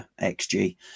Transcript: XG